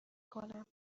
کنم